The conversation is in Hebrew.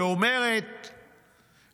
שאומרת שתוקם